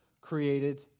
created